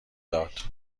داد